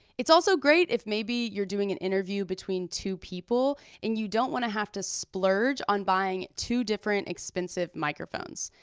it's also great if maybe you're doing an interview between two people and you don't want to have to splurge on buying two different expensive microphones.